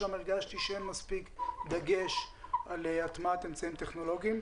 הרגשתי שאין שם מספיק דגש על הטעמת אמצעים טכנולוגיים.